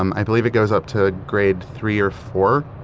um i believe it goes up to grade three or four.